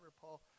Paul